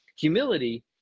humility